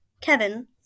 Kevin